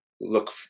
look